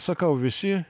sakau visi